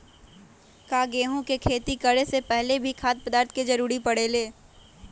का गेहूं के खेती करे से पहले भी खाद्य पदार्थ के जरूरी परे ले?